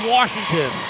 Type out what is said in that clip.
Washington